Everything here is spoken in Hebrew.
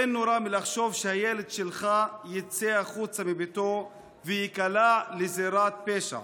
אין נורא מלחשוב שהילד שלך יצא החוצה מביתו וייקלע לזירת פשע,